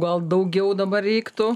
gal daugiau dabar reiktų